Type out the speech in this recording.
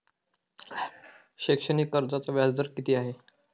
शैक्षणिक कर्जाचा व्याजदर किती आहे?